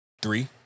Three